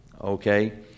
okay